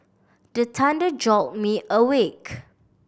the thunder jolt me awake